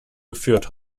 geführt